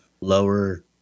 lower